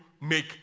make